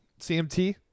CMT